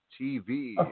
TV